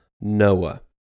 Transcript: Noah